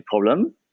problem